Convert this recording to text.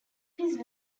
his